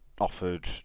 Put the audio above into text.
offered